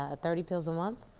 ah thirty pills a month.